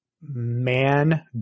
man